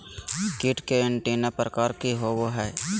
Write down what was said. कीट के एंटीना प्रकार कि होवय हैय?